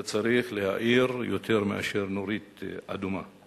זה צריך להאיר יותר מאשר נורית אדומה.